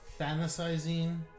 fantasizing